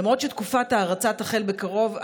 למרות שתקופת ההרצה תחל בקרוב,